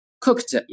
Cooked